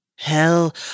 Hell